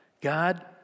God